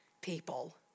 people